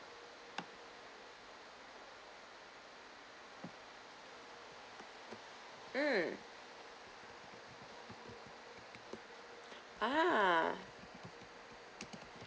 um ah